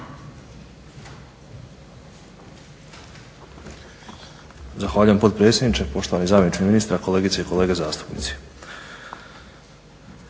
Zahvaljujem potpredsjedniče, poštovani zamjeniče ministra, kolegice i kolege zastupnici.